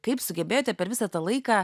kaip sugebėjote per visą tą laiką